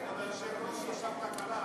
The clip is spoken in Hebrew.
שלא יצא שיאשימו אותו בהצבעה